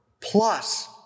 plus